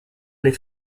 les